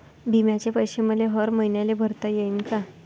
बिम्याचे पैसे मले हर मईन्याले भरता येईन का?